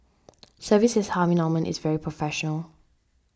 services Harvey Norman is very professional